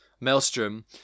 Maelstrom